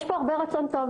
יש פה הרבה רצון טוב,